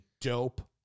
Dope